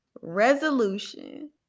resolution